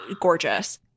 gorgeous